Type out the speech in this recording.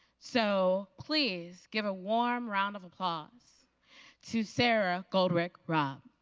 so please give a warm round of applause to sara goldrick-rab.